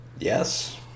yes